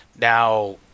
now